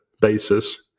basis